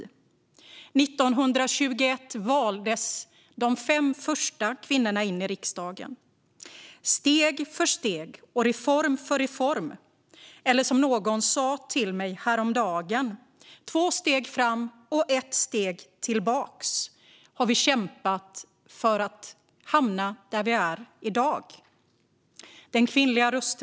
År 1921 valdes de fem första kvinnorna in i riksdagen. Steg för steg och reform för reform - eller, som någon sa till mig häromdagen, med två steg fram och ett steg tillbaka - har vi kämpat för att hamna där vi är i dag. Vi har rösträtt för kvinnor.